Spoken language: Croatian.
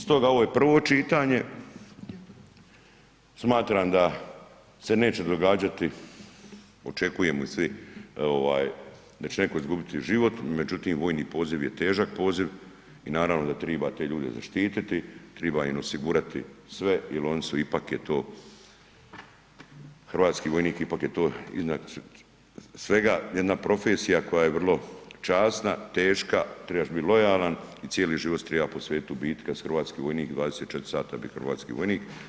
Stoga ovo je prvo čitanje, smatram da se neće događati očekujemo i svi da će netko izgubiti život, međutim vojni poziv je težak poziv i naravno da treba te ljude zaštiti, treba im osigurati sve jer oni su ipak je to hrvatski vojnik ipak je to iznad svega jedna profesija koja je vrlo časna, teška, trebaš biti lojalan i cijeli život si treba posvetiti u biti, kada si hrvatski vojnik 24h biti hrvatski vojnik.